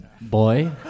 Boy